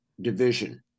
division